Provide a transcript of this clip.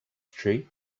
tree